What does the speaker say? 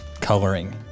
coloring